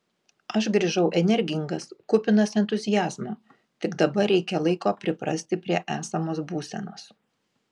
aš grįžau energingas kupinas entuziazmo tik dabar reikia laiko priprasti prie esamos būsenos